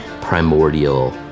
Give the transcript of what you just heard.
primordial